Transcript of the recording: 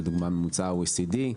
לדוגמא הממוצע ה- OECD,